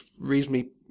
reasonably